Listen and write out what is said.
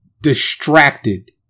distracted